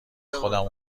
خودم